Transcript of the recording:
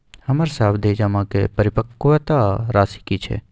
हमर सावधि जमा के परिपक्वता राशि की छै?